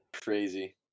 Crazy